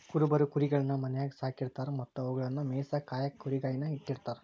ಕುರುಬರು ಕುರಿಗಳನ್ನ ಮನ್ಯಾಗ್ ಸಾಕಿರತಾರ ಮತ್ತ ಅವುಗಳನ್ನ ಮೇಯಿಸಾಕ ಕಾಯಕ ಕುರಿಗಾಹಿ ನ ಇಟ್ಟಿರ್ತಾರ